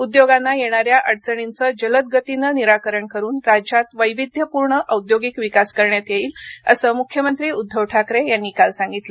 उद्योगांना येणाऱ्या अडचणींचं जलद गतीनं निराकरण करून राज्यात वैविध्यपूर्ण औद्योगिक विकास करण्यात येईल असं मुख्यमंत्री उद्दव ठाकरे यांनी काल सांगितलं